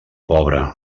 pobre